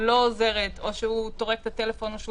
לא עוזרת או שהוא טורק את הטלפון או שהוא